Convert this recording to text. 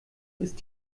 ist